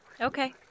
Okay